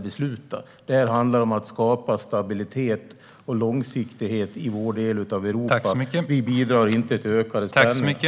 Det handlar om att skapa stabilitet och långsiktighet i vår del av Europa. Vi bidrar inte till ökade spänningar.